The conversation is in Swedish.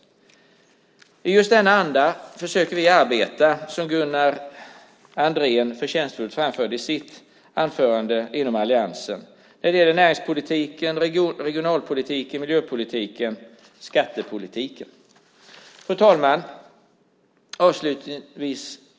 I just denna anda försöker vi i alliansen arbeta - precis som Gunnar Andrén förtjänstfullt framförde i sitt anförande - när det gäller näringspolitiken, regionalpolitiken, miljöpolitiken och skattepolitiken. Fru talman!